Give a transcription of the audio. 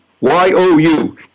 Y-O-U